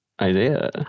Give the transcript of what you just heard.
idea